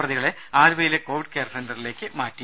പ്രതികളെ ആലുവയിലെ covid care സെന്ററിലേക്ക് മാറ്റി